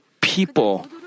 people